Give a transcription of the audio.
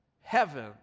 heaven